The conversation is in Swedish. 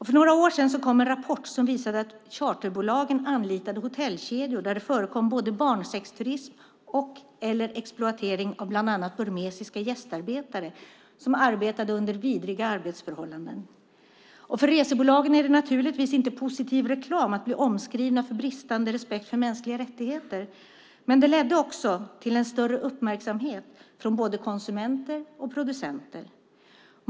För några år sedan kom en rapport som visade att charterbolagen anlitade hotellkedjor där det förekom både barnsexturism och/eller exploatering av bland annat burmesiska gästarbetare som arbetade under vidriga arbetsförhållanden. Och för resebolagen är det naturligtvis inte positiv reklam att bli omskrivna för bristande respekt för mänskliga rättigheter, men det ledde också till en större uppmärksamhet från både konsumenter och producenter.